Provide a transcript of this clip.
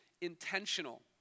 intentional